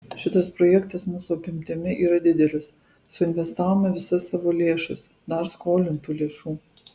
šitas projektas mūsų apimtimi yra didelis suinvestavome visas savo lėšas dar skolintų lėšų